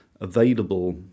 available